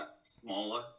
smaller